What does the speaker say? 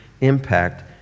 impact